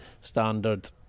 standard